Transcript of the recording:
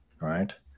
right